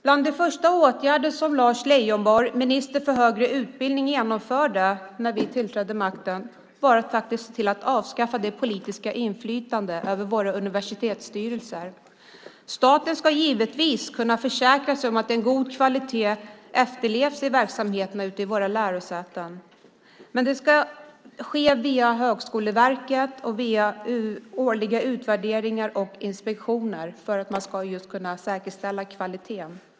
Bland de första åtgärder som Lars Leijonborg, minister för högre utbildning, genomförde när vi tillträdde var att se till att avskaffa det politiska inflytandet över våra universitetsstyrelser. Staten ska givetvis kunna försäkra sig om att en god kvalitet efterlevs i verksamheterna vid våra lärosäten. Men det ska ske via Högskoleverket och genom årliga utvärderingar och inspektioner för att man ska kunna säkerställa kvaliteten.